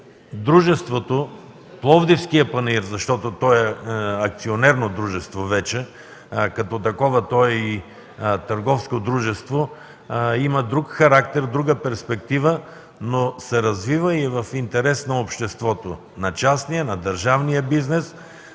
дружеството „Пловдивски панаир“, защото то вече е акционерно дружество, а като такова е и търговско дружество, има друг характер, друга перспектива, но се развива в интерес на обществото, на частния и на държавния бизнес.